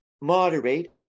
moderate